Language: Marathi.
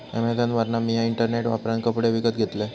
अॅमेझॉनवरना मिया इंटरनेट वापरान कपडे विकत घेतलंय